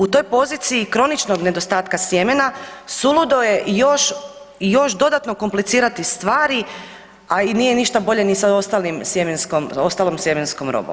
U toj poziciji kroničnog nedostatka sjemena suludo je još dodatno komplicirati stvari, a nije ništa bolje ni sa ostalom sjemenskom robom.